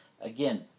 Again